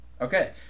Okay